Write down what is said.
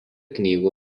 knygų